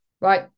right